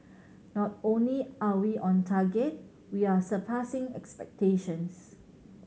not only are we on target we are surpassing expectations